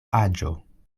aĝo